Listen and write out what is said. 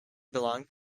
belonged